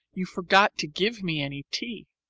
you forgot to give me any tea.